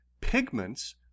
Pigments